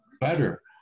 better